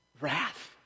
Wrath